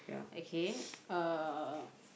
okay uh